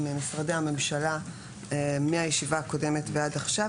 משרדי הממשלה מהישיבה הקודמת ועד עכשיו,